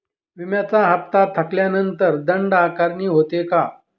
विम्याचा हफ्ता थकल्यानंतर दंड आकारणी होते का?